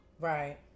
Right